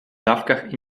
dawkach